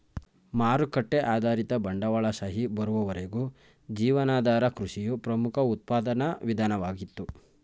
ಮಾರುಕಟ್ಟೆ ಆಧಾರಿತ ಬಂಡವಾಳಶಾಹಿ ಬರುವವರೆಗೂ ಜೀವನಾಧಾರ ಕೃಷಿಯು ಪ್ರಮುಖ ಉತ್ಪಾದನಾ ವಿಧಾನವಾಗಿತ್ತು